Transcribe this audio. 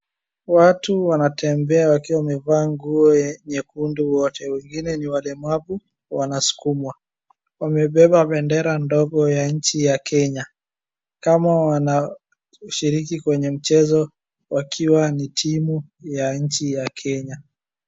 Watu wanatembea wakiwa wamevaa nguo nyekundu wote wengine ni walemavu wanasukumwa, wamebeba bendera ndogo ya nchi ya Kenya, kama wanashiriki kwenye mchezo wakiwa ni timu ya nchi ya Kenya.